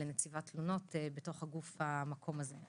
לנציבת תלונות בתוך הגוף, המקום הזה.